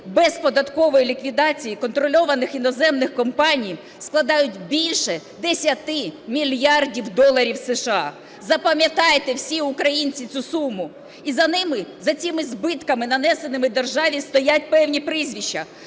безподаткової ліквідації контрольованих іноземних компаній складають більше 10 мільярдів доларів США. Запам'ятайте, всі українці, цю суму. І за ними, за цими збитками, нанесеними державі, стоять певні прізвища,